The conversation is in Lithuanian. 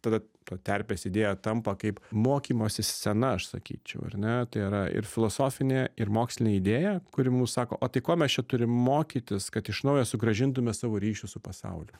tada ta terpės idėja tampa kaip mokymosi scena aš sakyčiau ar ne tai yra ir filosofinė ir mokslinė idėja kuri mus sako o tai ko mes čia turim mokytis kad iš naujo sugrąžintume savo ryšius su pasauliu